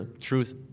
truth